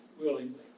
willingly